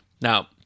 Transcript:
Now